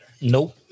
nope